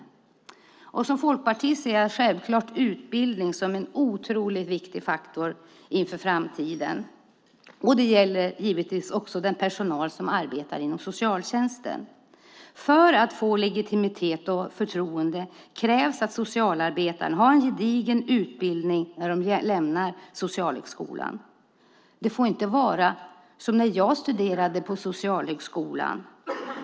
Som folkpartist ser jag självklart utbildning som en otroligt viktig faktor inför framtiden. Det gäller givetvis också den personal som arbetar inom socialtjänsten. För att få legitimitet och förtroende krävs att socialarbetarna har en gedigen utbildning när de lämnar socialhögskolan. Det får inte vara som när jag studerade på socialhögskolan.